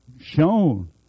shown